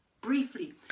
briefly